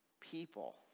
people